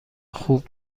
خوب